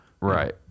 right